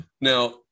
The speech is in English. Now